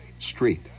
street